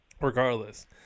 regardless